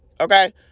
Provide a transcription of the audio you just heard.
Okay